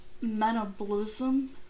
metabolism